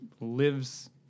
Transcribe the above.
lives